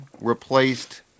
replaced